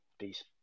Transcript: Peace